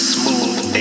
Smooth